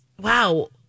wow